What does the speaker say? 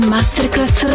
Masterclass